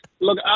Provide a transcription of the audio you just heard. Look